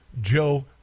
Joe